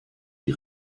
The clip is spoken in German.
die